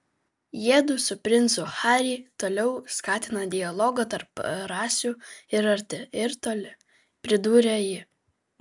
jiedu su princu harry toliau skatina dialogą tarp rasių ir arti ir toli pridūrė ji